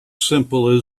simple